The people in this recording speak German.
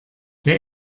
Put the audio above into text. der